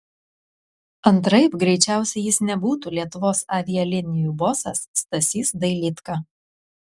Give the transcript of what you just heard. antraip greičiausiai jis nebūtų lietuvos avialinijų bosas stasys dailydka